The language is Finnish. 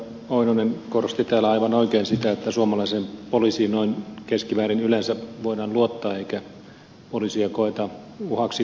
oinonen korosti täällä aivan oikein sitä että suomalaiseen poliisiin noin keskimäärin yleensä voidaan luottaa eikä poliisia koeta uhaksi kotirauhalle